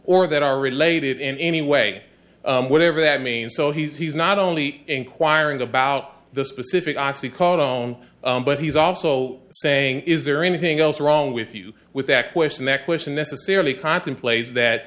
or that are related in any way whatever that means so he's not only inquiring about the specific oxy caught on but he's also saying is there anything else wrong with you with that question that question necessarily contemplates that